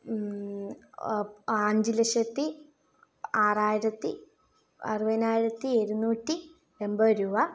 അഞ്ച് ലക്ഷത്തി ആറായിരത്തി അറുപതിനായിരത്തി എഴുന്നൂറ്റി എൺപത് രൂപ